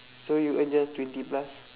so you earn just twenty plus